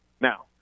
Now